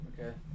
Okay